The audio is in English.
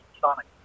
Sonic